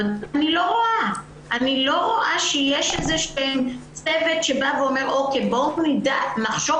אני לא רואה שיש איזה צוות שאומר בואו נחשוב